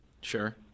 Sure